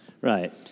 Right